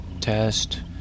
test